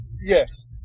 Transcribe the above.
Yes